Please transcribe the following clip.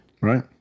Right